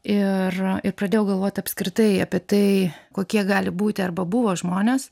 ir pradėjau galvot apskritai apie tai kokie gali būti arba buvo žmonės